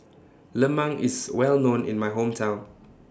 Lemang IS Well known in My Hometown